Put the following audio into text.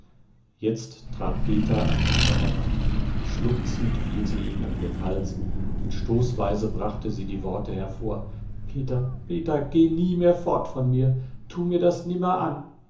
jetzt trat peter an eva heran schluchzend fiel sie ihm um den hals und stoßweise brachte sie die worte hervor peter geh nie mehr fort von mir tu mir das nimmer an